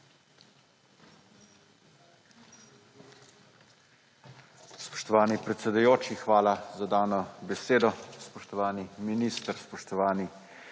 Spoštovani predsedujoči, hvala za dano besedo. Spoštovani minister, spoštovani